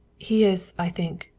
he is, i think,